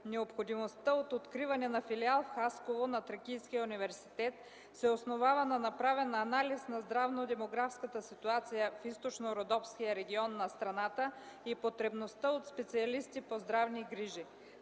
Необходимостта от откриване на филиал в Хасково на Тракийския университет се основана на направен анализ на здравно-демографската ситуация в Източнородопския регион на страната и потребността от специалисти по здравни грижи.